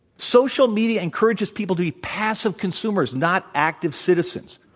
social media encourages people to be passive consumers not active citizens.